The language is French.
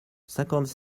cinquante